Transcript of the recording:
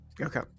Okay